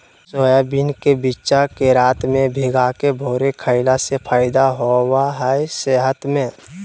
soybean के बिच्चा के रात में भिगाके भोरे खईला से फायदा होबा हइ सेहत में